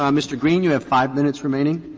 um mr. green, you have five minutes remaining.